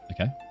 Okay